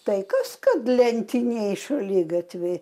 tai kas kad lentiniai šaligatviai